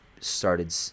started